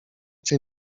cię